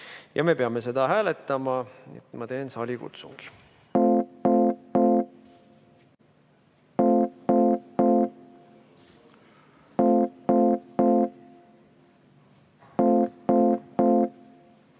ja me peame seda hääletama. Ma teen saalikutsungi.